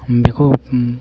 बेखौ ओम